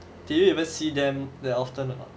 do you ever see them that often or not